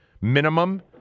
minimum